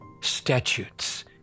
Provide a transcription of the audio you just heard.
statutes